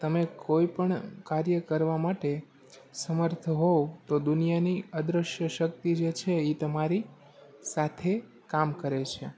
તમે કોઇપણ કાર્ય કરવા માટે સમર્થ હો તો દુનિયાની અદૃશ્ય શક્તિ જે છે એ તમારી સાથે કામ કરે છે